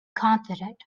confident